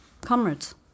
comrades